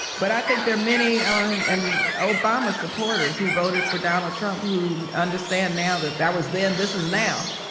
but i think there are many um and obama supporters who voted for donald trump who understand now that that was then, this is now,